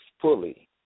fully